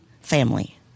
family